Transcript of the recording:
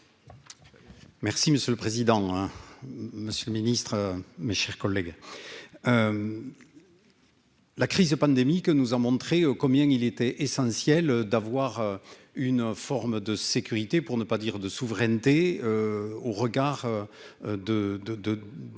Merci monsieur le président, Monsieur le Ministre, mes chers collègues. Oui. La crise de pandémie que nous en montrer combien il était essentiel d'avoir une forme de sécurité pour ne pas dire de souveraineté au regard de, de, de,